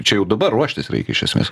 čia jau dabar ruoštis reikia iš esmės